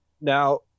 Now